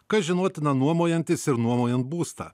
kas žinotina nuomojantis ir nuomojant būstą